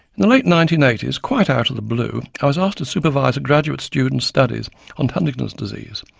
the late nineteen eighty s, quite out of the blue, i was asked to supervise a graduate student's studies on huntington's disease,